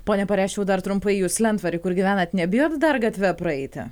pone parešiau dar trumpai jus lentvary kur gyvenat nebijot dar gatve praeiti